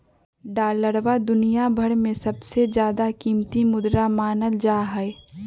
डालरवा दुनिया भर में सबसे ज्यादा कीमती मुद्रा मानल जाहई